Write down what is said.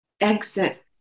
exit